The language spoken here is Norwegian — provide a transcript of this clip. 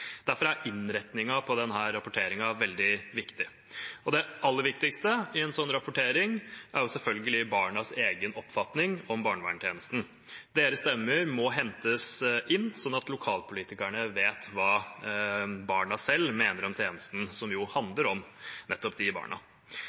Derfor er innretningen på denne rapporteringen veldig viktig. Det aller viktigste i en sånn rapportering er selvfølgelig barnas egen oppfatning om barnevernstjenesten. Deres stemmer må hentes inn, sånn at lokalpolitikerne vet hva barna selv mener om tjenesten, som jo handler om nettopp disse barna.